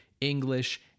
english